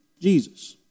Jesus